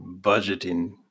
budgeting